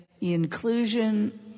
inclusion